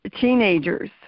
teenagers